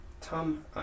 Tom